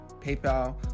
PayPal